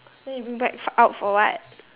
then you bring bag f~ out for what